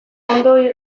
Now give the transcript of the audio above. ondo